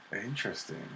Interesting